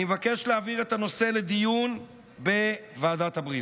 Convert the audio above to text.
אני מבקש להעביר את הנושא לדיון בוועדת הבריאות.